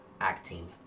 acting